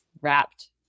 wrapped